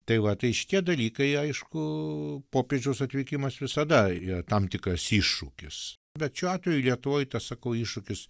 tai va tai šitie dalykai aišku popiežiaus atvykimas visada yra tam tikras iššūkis bet šiuo atveju lietuvoj tą sakau iššūkis